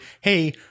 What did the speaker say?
hey